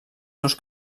seus